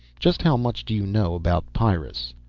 just how much do you know about pyrrus?